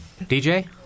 DJ